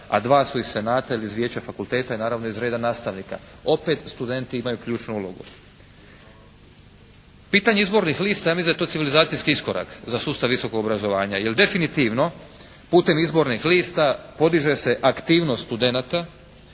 a dva su iz senata ili iz vijeća fakulteta i naravno iz reda nastavnika. Opet studenti imaju ključnu ulogu. Pitanje izbornih lista, ja mislim da je to civilizacijski iskorak za sustav visokog obrazovanja. Jer definitivno putem izbornih lista podiže se aktivnost studenata